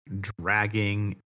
dragging